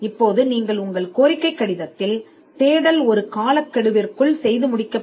இப்போது நீங்கள் உங்கள் கோரிக்கை கடிதத்தில் நீங்கள் ஒரு காலக்கெடுவை நிர்ணயிப்பீர்கள்